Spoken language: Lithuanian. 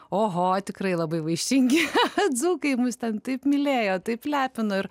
oho tikrai labai vaišingi cha cha dzūkai mus ten taip mylėjo taip lepino ir